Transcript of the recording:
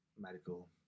medical